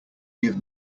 give